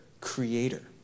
creator